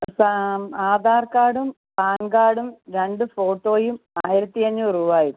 പാ ആധാർ കാർഡും പാൻ കാർഡും രണ്ടു ഫോട്ടോയും ആയിരത്തി അഞ്ഞൂറ് രൂപയും